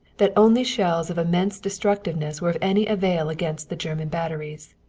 that only shells of immense destructiveness were of any avail against the german batteries.